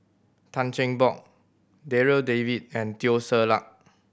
Tan Cheng Bock Darryl David and Teo Ser Luck